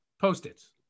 Post-its